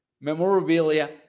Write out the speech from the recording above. memorabilia